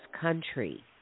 country